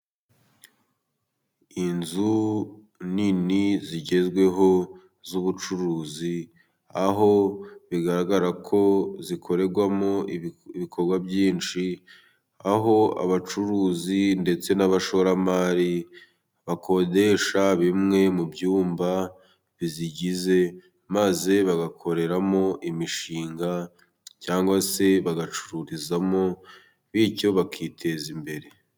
Inzu nini zigezweho z'ubucuruzi, aho bigaragara ko zikorerwamo ibikorwa byinshi, aho abacuruzi ndetse n'abashoramari bakodesha bimwe mu byumba bizigize, maze bagakoreramo imishinga cyangwa se bagacururizamo, bityo bakiteza imbere.